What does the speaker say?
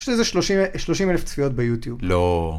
יש איזה שלושים אלף צפיות ביוטיוב. לא.